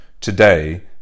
Today